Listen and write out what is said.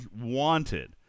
wanted